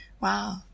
Wow